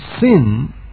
sin